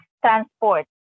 transport